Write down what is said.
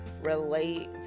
relate